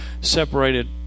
separated